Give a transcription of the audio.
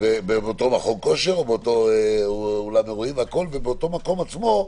באותו מכון כושר או באותו אולם אירועים ובאותו מקום עצמו,